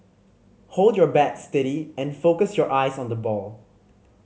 hold your bat steady and focus your eyes on the ball